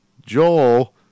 Joel